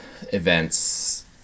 events